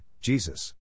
Jesus